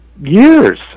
years